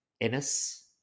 Ennis